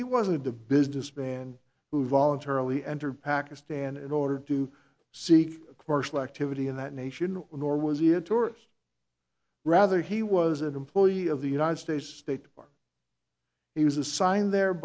he wasn't a businessman who voluntarily entered pakistan in order to seek for selective and that nation nor was he a tourist rather he was an employee of the united states state or he was assigned there